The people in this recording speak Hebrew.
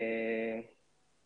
גם לסוכנות היהודית.